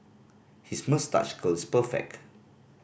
his moustache curl is perfect